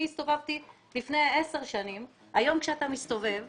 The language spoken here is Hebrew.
הסתובבתי שם לפני 10 שנים אבל היום כשאתה מסתובב שם,